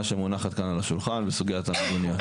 שמונחת כאן על השולחן בסוגיית המיגוניות.